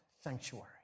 sanctuary